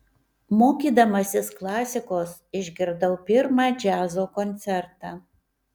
mokydamasis klasikos išgirdau pirmą džiazo koncertą